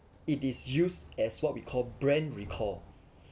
it is used as what we called brand recall